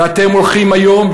ואתם הולכים היום,